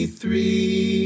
three